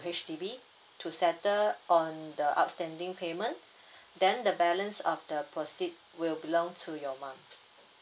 H_D_B to settle on the outstanding payment then the balance of the proceed will belong to your mum